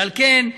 ועל כן,